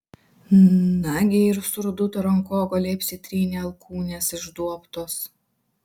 nagi ir surduto rankogaliai apsitrynę alkūnės išduobtos